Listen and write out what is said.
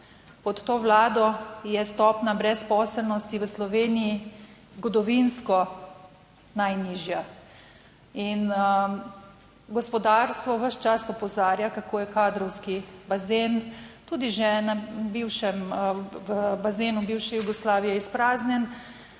Pod to vlado je stopnja brezposelnosti v Sloveniji zgodovinsko najnižja in gospodarstvo ves čas opozarja, kako je kadrovski bazen tudi že na bivšem, v bazenu bivše Jugoslavije izpraznjen.